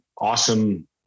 awesome